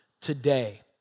today